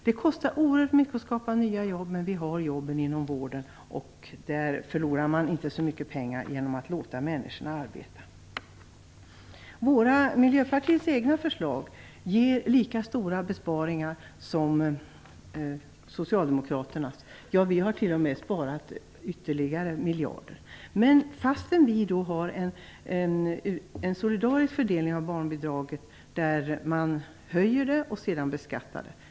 Det kostar oerhört mycket att skapa nya jobb, men vi har jobben inom vården, och där kostar det inte så mycket pengar att låta människorna arbeta. Miljöpartiets egna förslag ger lika stora besparingar som Socialdemokraternas. Vi har t.o.m. sparat ytterligare miljarder. Vi har en solidarisk fördelning av barnbidraget, där man höjer det och sedan beskattar det.